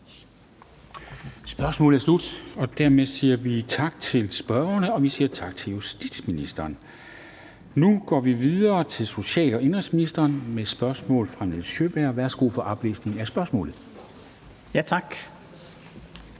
Spørgsmålet er slut. Dermed siger vi tak til spørgerne og til justitsministeren. Nu går vi videre til social- og indenrigsministeren med spørgsmål fra Nils Sjøberg. Kl. 13:51 Spm. nr.